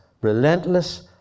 relentless